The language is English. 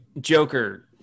Joker